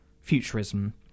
futurism